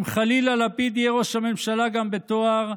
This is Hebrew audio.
אם חלילה לפיד יהיה ראש הממשלה גם בתואר,